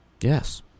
Yes